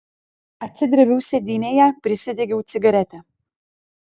atsidrėbiau sėdynėje prisidegiau cigaretę